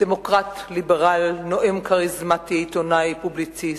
דמוקרט, ליברל, נואם כריזמטי, עיתונאי ופובליציסט,